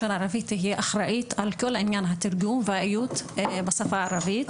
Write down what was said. ערבית תהיה אחראית על כל עניין התרגום והאיות בשפה הערבית.